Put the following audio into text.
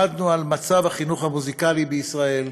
למדנו על מצב החינוך המוזיקלי בישראל,